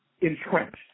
entrenched